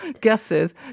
guesses